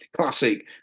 Classic